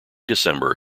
december